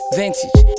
vintage